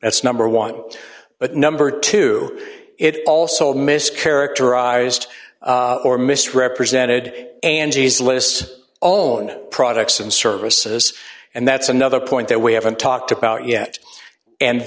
that's number one but number two it also mis characterized or misrepresented angie's list all own products and services and that's another point that we haven't talked about yet and